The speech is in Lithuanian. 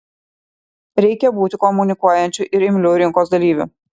reikia būti komunikuojančiu ir imliu rinkos dalyviu